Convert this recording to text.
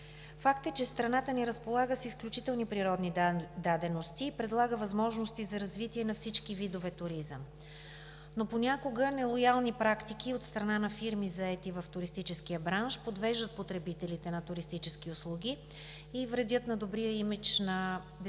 Факт е, че страната ни разполага с изключителни природни дадености и предлага възможности за развитие на всички видове туризъм, но понякога нелоялни практики от страна на фирми, заети в туристическия бранш, подвеждат потребителите на туристически услуги и вредят на добрия имидж на дестинацията.